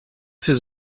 ces